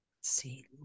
See